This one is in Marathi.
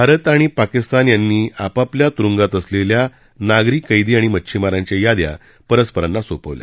भारत आणि पाकिस्तान यांनी आपापल्या तुरुंगात असलेल्या नागरी कैदी आणि मच्छिमारांच्या याद्या परस्परांना सोपवल्या